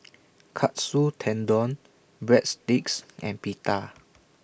Katsu Tendon Breadsticks and Pita